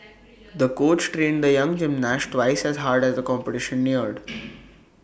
the coach trained the young gymnast twice as hard as the competition neared